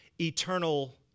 eternal